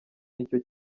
nicyo